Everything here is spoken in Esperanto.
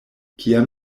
kiam